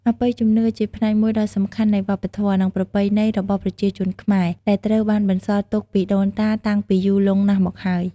អបិយជំនឿជាផ្នែកមួយដ៏សំខាន់នៃវប្បធម៌ និងប្រពៃណីរបស់ប្រជាជនខ្មែរ ដែលត្រូវបានបន្សល់ទុកពីដូនតាតាំងពីយូរលង់ណាស់មកហើយ។